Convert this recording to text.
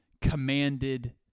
commanded